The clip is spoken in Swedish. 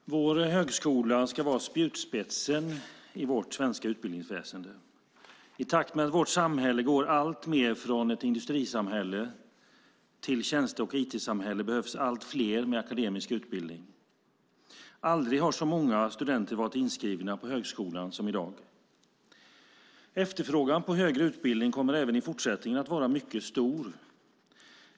Herr talman! Vår högskola ska vara spjutspetsen i vårt svenska utbildningsväsen. I takt med att vårt samhälle går alltmer från ett industrisamhälle till ett tjänste och IT-samhälle behövs allt fler med akademisk utbildning. Aldrig har så många studenter varit inskrivna på högskolan som i dag. Efterfrågan på högre utbildning kommer även i fortsättningen att vara mycket stor.